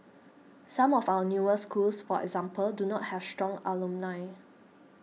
some of our newer schools for example do not have strong alumni